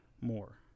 more